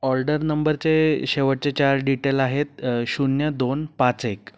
order नंबरचे शेवटचे चार डिटेल आहेत शून्य दोन पाच एक